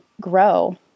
grow